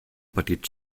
petit